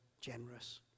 generous